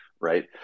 right